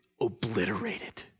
obliterated